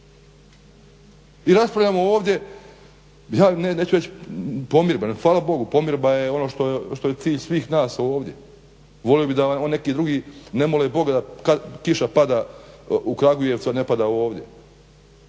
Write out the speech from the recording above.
I raspravljamo ovdje, neću reći pomirba, hvala Bogu, pomirba je ono što je cilj svih nas ovdje, volio bih da neki drugi ne mole Boga kad kiša pada u Kragujevcu, a ne pada ovdje.